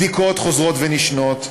בדיקות חוזרות ונשנות,